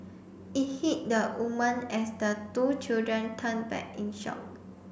it hit the woman as the two children turned back in shock